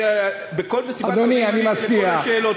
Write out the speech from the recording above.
בכל מסיבת עיתונאים עניתי על כל השאלות.